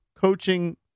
coaching